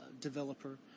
developer